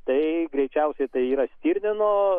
tai greičiausiai tai yra stirnino